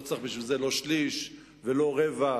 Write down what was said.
לא צריך בשביל זה לא שליש ולא רבע.